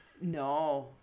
No